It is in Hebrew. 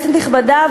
כנסת נכבדה,